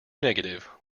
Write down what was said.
negative